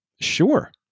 Sure